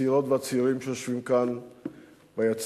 הצעירות והצעירים שיושבים כאן ביציע,